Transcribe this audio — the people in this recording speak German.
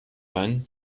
wein